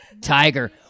tiger